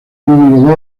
número